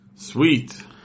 Sweet